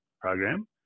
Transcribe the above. Program